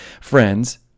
friends